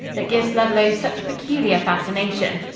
that gives ludlow such peculiar fascination.